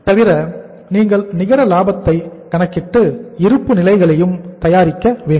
தவிர நீங்கள் நிகர லாபத்தையும் கணக்கிட்டு இருப்பு நிலைகளையும் தயாரிக்க வேண்டும்